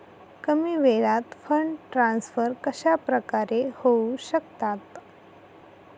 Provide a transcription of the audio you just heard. कमी वेळात fund transfer कशाप्रकारे होऊ शकतात?